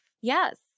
Yes